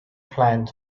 planned